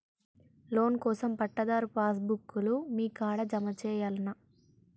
Loan కోసం పట్టాదారు passbook లు మీ కాడా జమ చేయల్నా?